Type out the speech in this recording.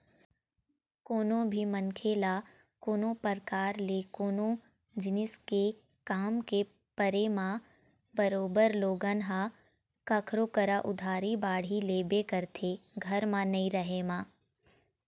कोनो भी मनखे ल कोनो परकार ले कोनो जिनिस के काम के परे म बरोबर लोगन ह कखरो करा उधारी बाड़ही लेबे करथे घर म नइ रहें म